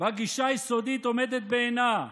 והגישה היסודית עומדת בעינה,